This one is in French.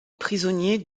pionniers